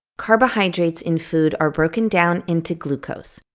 carbohydrates in food are broken down into glucose.